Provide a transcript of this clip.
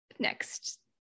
Next